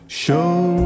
show